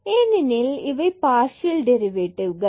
ஏனெனில் இவை பார்சியல் டெரிவேட்டிவ்களாகும்